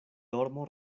dormo